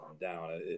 down